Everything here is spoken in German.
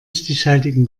stichhaltigen